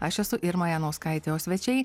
aš esu irma janauskaitė o svečiai